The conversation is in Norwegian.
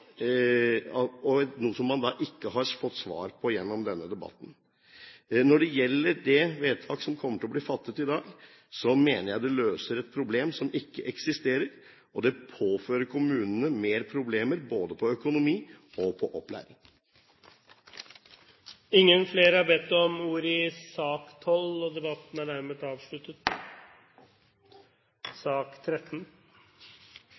og noe som man ikke har fått svar på gjennom denne debatten. Når det gjelder det vedtak som kommer til å bli fattet i dag, mener jeg det løser et problem som ikke eksisterer, og det påfører kommunene mer problemer knyttet til økonomi og knyttet til opplæring. Flere har ikke bedt om ordet til sak nr. 12. Etter ønske fra kommunal- og